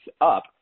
up